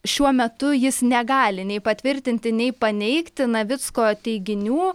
šiuo metu jis negali nei patvirtinti nei paneigti navicko teiginių